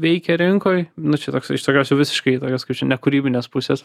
veikia rinkoj nu čia toks iš tokios jau visiškai tokios kaip čia ne kūrybinės pusės